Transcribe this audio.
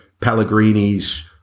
Pellegrini's